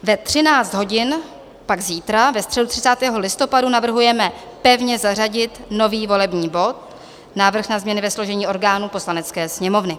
Ve 13 hodin pak zítra, ve středu 30. listopadu, navrhujeme pevně zařadit nový volební bod návrh na změny ve složení orgánů Poslanecké sněmovny.